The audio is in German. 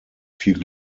viel